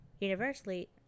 universally